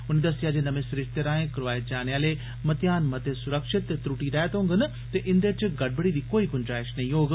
उनें दस्सेआ जे नमें सरिस्ते राएं करोआए जाने आले मतेयान मते सुरक्षित ते व्रुटी रहित होंडन ते इंदे च गड़बड़ी दी कोई गुंजैश नेई होग